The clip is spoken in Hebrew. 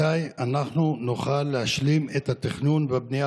מתי אנחנו נוכל להשלים את התכנון והבנייה